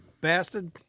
Bastard